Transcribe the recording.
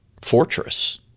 fortress